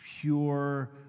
pure